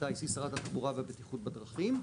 הטייס היא שרת התחבורה והבטיחות בדרכים.